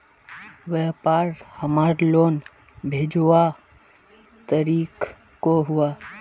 व्यापार हमार लोन भेजुआ तारीख को हुआ?